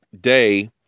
day